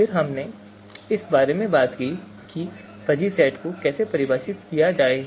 फिर हमने इस बारे में भी बात की कि फ़ज़ी सेट को कैसे परिभाषित किया जाए